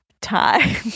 Time